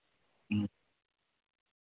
ᱦᱩᱸ